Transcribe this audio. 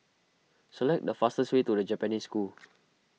select the fastest way to the Japanese School